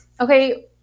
okay